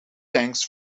tanks